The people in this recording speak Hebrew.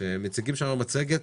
שבו מציגים מצגת